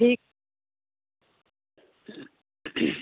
ठीक